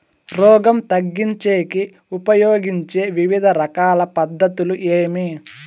రోగం తగ్గించేకి ఉపయోగించే వివిధ రకాల పద్ధతులు ఏమి?